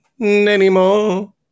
anymore